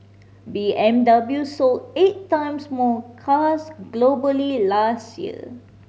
B M W sold eight times more cars globally last year